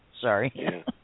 Sorry